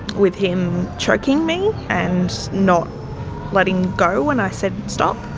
with him choking me and not letting go when i said stop,